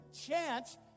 chance